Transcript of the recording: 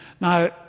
Now